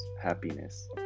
happiness